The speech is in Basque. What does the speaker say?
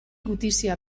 gutizia